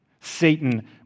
Satan